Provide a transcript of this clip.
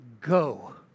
go